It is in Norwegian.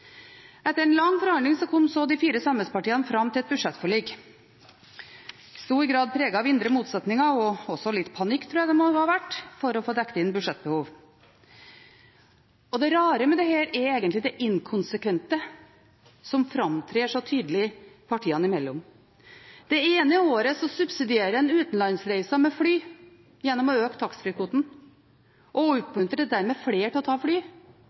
Etter en lang forhandling kom de fire samarbeidspartiene fram til et budsjettforlik i stor grad preget av indre motsetninger og også litt panikk, tror jeg det må ha vært, for å få dekket inn budsjettbehov. Det rare med dette er egentlig det inkonsekvente som framtrer så tydelig partiene imellom. Det ene året subsidierer en utenlandsreiser med fly gjennom å øke taxfree-kvoten og oppmuntrer dermed flere til å ta fly,